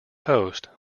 host